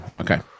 okay